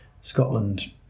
scotland